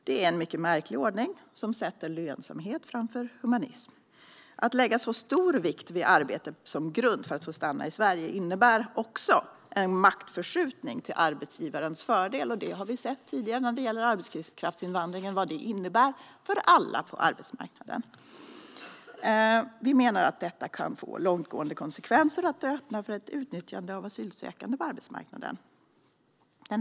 Det är en mycket märklig ordning som sätter lönsamhet framför humanism. Att lägga så stor vikt vid arbete som grund för att få stanna i Sverige innebär också en maktförskjutning till arbetsgivarens fördel. När det gäller arbetskraftsinvandringen har vi tidigare sett vad det innebär för alla på arbetsmarknaden. Vi menar att detta kan få långtgående konsekvenser och att det öppnar för ett utnyttjande av asylsökande på arbetsmarknaden.